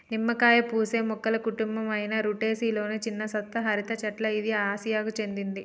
నిమ్మకాయ పూసే మొక్కల కుటుంబం అయిన రుటెసి లొని చిన్న సతత హరిత చెట్ల ఇది ఆసియాకు చెందింది